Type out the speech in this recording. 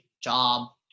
job